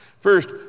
First